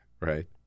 right